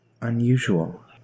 unusual